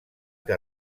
que